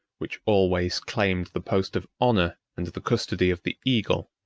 which always claimed the post of honor and the custody of the eagle,